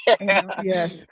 Yes